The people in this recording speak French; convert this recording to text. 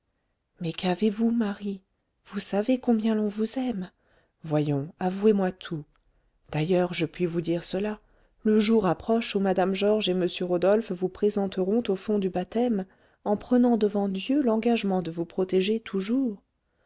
mais qu'avez-vous marie vous savez combien l'on vous aime voyons avouez-moi tout d'ailleurs je puis vous dire cela le jour approche où mme georges et m rodolphe vous présenteront aux fonts du baptême en prenant devant dieu l'engagement de vous protéger toujours